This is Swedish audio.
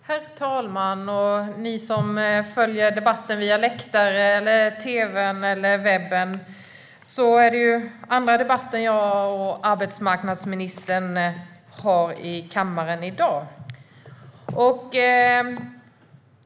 Herr talman! Ni som följer debatten via läktare, tv eller webben! Detta är den andra debatt som jag och arbetsmarknadsministern har i kammaren i dag.